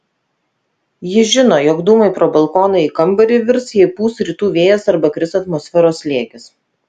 ji žino jog dūmai pro balkoną į kambarį virs jei pūs rytų vėjas arba kris atmosferos slėgis